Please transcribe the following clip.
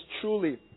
truly